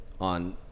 on